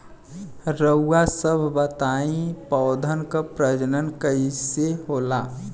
रउआ सभ बताई पौधन क प्रजनन कईसे होला?